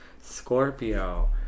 Scorpio